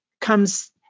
comes